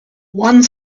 one